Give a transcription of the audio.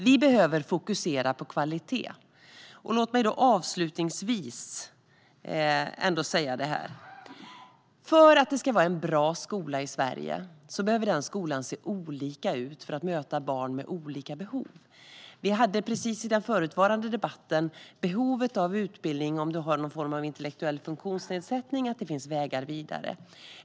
Vi behöver fokusera på kvalitet. Låt mig avslutningsvis säga att för att det ska vara en bra skola i Sverige behöver denna skola se olika ut för att möta barn med olika behov. I den förutvarande debatten talades det om behovet av utbildning om man har någon form av intellektuell funktionsnedsättning och att det finns vägar vidare.